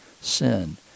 sin